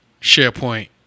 SharePoint